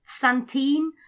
Santine